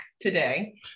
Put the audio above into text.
today